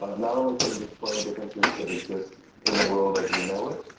ah not only can it explain differences that exist in the world as we know it,